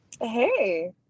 Hey